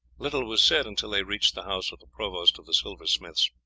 little was said until they reached the house the provost of the silversmiths.